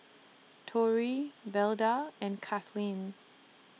Torry Velda and Cathleen